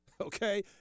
Okay